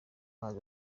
mazi